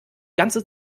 ganze